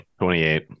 28